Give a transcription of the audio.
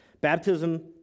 Baptism